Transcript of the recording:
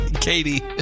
Katie